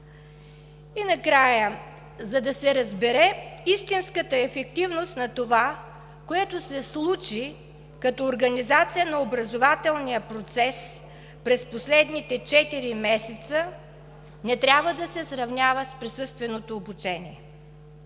Накрая, за да се разбере истинската ефективност на това, което се случи като организация на образователния процес през последните четири месеца, не трябва да се сравнява с присъственото обучение.